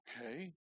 Okay